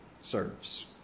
serves